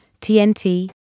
TNT